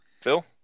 Phil